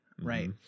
right